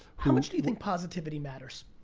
how much do you think positivity matters?